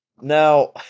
Now